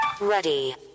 Ready